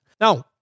Now